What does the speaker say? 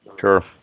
Sure